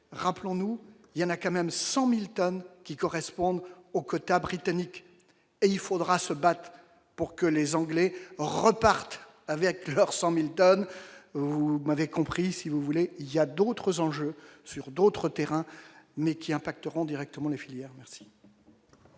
rappelons-nous, il y en a quand même 100000 tonnes qui correspondent aux quotas britannique et il faudra se battent pour que les Anglais repartent avec leur 100000 tonnes, vous m'avez compris si vous voulez, il y a d'autres enjeux sur d'autres terrains, mais qui impacteront directement les filières merci.